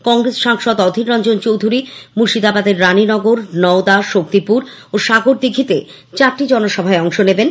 কংগ্রেস সাংসদ অধীররঞ্জন চৌধুরী মুর্শিদাবাদের রানীনগর নওদা শক্তিপুর ও সাগরদিঘীতে চারটি জনসভায় অংশ নেবেন